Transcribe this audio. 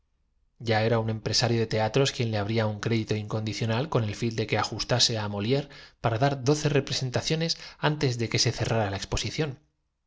alabanza era un empresario de teatros quien le abría un crédito el bibliotecario de la sorbona levantándose del incondicional con el fin de que ajustase á moliére para asiento y sacando á luz un primoroso ejemplar de la dar doce representaciones antes de que se cerrara la